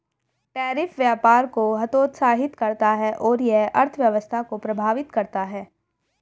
tariff व्यापार को हतोत्साहित करता है और यह अर्थव्यवस्था को प्रभावित करता है